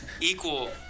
equal